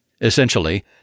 Essentially